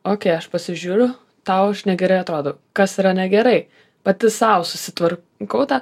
o kai aš pasižiūriu tau aš negerai atrodo kas yra negerai pati sau susitvarkau tą